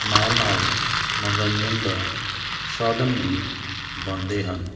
ਨਾਲ ਨਾਲ ਮਨੋਰੰਜਨ ਦਾ ਸਾਧਨ ਵੀ ਬਣਦੇ ਹਨ